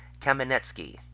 Kamenetsky